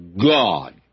God